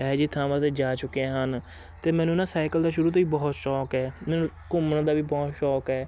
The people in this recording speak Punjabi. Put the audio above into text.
ਇਹ ਜੀ ਥਾਵਾਂ 'ਤੇ ਜਾ ਚੁੱਕੇ ਹਨ ਅਤੇ ਮੈਨੂੰ ਨਾ ਸਾਈਕਲ ਦਾ ਸ਼ੁਰੂ ਤੋਂ ਹੀ ਬਹੁਤ ਸ਼ੌਂਕ ਹੈ ਮੈਨੂੰ ਘੁੰਮਣ ਦਾ ਵੀ ਬਹੁਤ ਸ਼ੌਂਕ ਹੈ